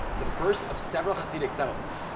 the first of several hasidic settlements.